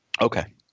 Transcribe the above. Okay